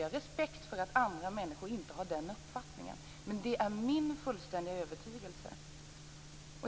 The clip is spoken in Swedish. Jag har respekt för att andra människor inte har samma uppfattning, men det är min fullständiga övertygelse.